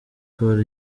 paul